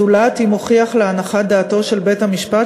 זולת אם הוכיח להנחת דעתו של בית-המשפט